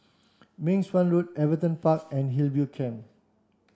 Meng Suan Road Everton Park and Hillview Camp